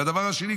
והדבר השני,